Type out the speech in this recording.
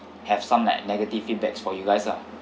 have some like negative feedbacks for you guys ah